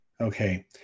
Okay